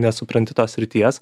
nesupranti tos srities